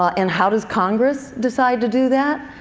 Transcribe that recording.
and how does congress decide to do that?